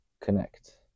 connect